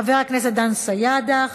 חבר הכנסת דן סידה.